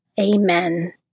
Amen